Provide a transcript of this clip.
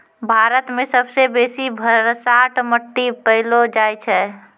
भारत मे सबसे बेसी भसाठ मट्टी पैलो जाय छै